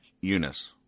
Eunice